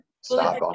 stop